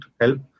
help